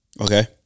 Okay